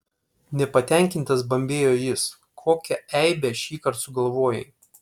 nepatenkintas bambėjo jis kokią eibę šįkart sugalvojai